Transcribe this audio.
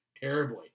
terribly